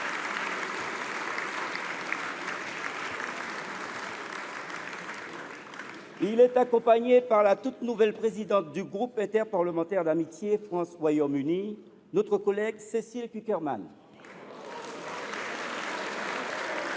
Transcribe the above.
Il est accompagné par la toute nouvelle présidente du groupe interparlementaire d’amitié France Royaume Uni, notre collègue Cécile Cukierman. Le président